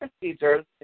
procedures